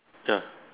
the